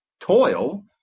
toil